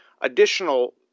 additional